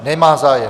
Nemá zájem.